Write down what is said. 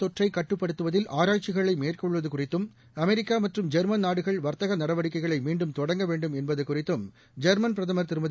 தொற்றைக் கட்டுப்படுத்துவதில் ஆராய்சிகளை மேற்கொள்வது குறித்தும் அமெரிக்க மற்றும் ஜெர்மன் நாடுகள் வர்த்தக நடவடிக்கைகளை மீண்டும் தொடங்க வேண்டும் என்பது குறித்தும் ஜெமன் பிரதமர் திருமதி